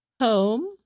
home